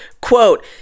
quote